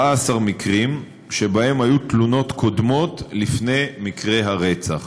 מקרים שבהם היו תלונות קודמות לפני מקרה הרצח.